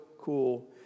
cool